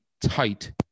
tight